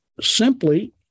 simply